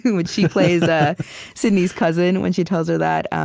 when she plays ah sidney's cousin, when she tells her that,